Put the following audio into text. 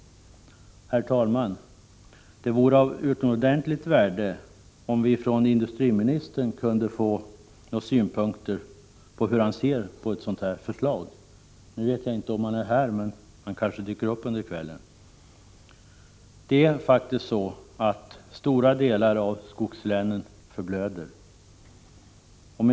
Herr talman! Det vore av utomordentligt värde om vi kunde få höra av industriministern hur han ser på detta förslag. Jag vet inte om han är här nu, men han kanske dyker upp under kvällen. Stora delar av skogslänen förblöder i dag.